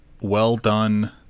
well-done